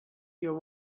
your